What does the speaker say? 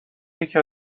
یکی